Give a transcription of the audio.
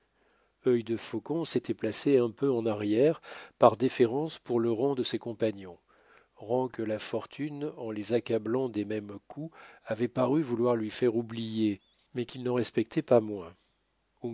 plus œil de faucon s'était placé un peu en arrière par déférence pour le rang de ses compagnons rang que la fortune en les accablant des mêmes coups avait paru vouloir lui faire oublier mais qu'il n'en respectait pas moins